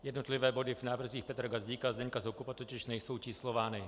Jednotlivé body v návrzích Petra Gazdíka a Zdeňka Soukupa totiž nejsou číslovány.